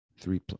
three